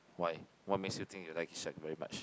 why what makes you think you like shark very much